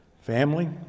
family